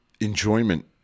enjoyment